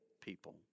people